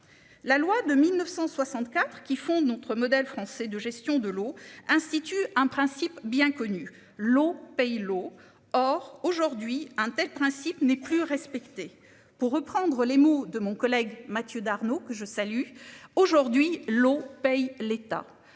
La loi de 1964 qui font notre modèle français de gestion de l'eau institut un principe bien connu l'eau paye l'eau, or aujourd'hui un tel principe n'est plus respecté pour reprendre les mots de mon collègue Mathieu Darnaud que je salue. Aujourd'hui l'eau paye l'État